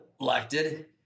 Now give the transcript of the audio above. elected